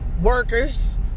workers